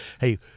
hey